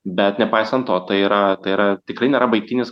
bet nepaisant to tai yra tai yra tikrai nėra baigtinis